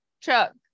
Chuck